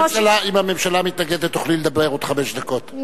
אם הממשלה תתנגד תוכלי לדבר עוד חמש דקות,